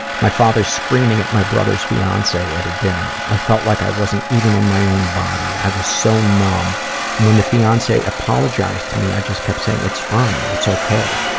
my father screaming at my brother's fiance at a dinner. i felt like i wasn't even in my own body. i was so numb and when the fiance apologized to me i kept saying its fine, its ok.